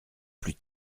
plus